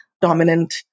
dominant